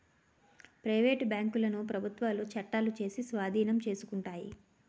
private బ్యాంకులను ప్రభుత్వాలు చట్టాలు చేసి స్వాధీనం చేసుకుంటాయి